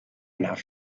enough